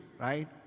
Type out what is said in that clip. right